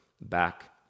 back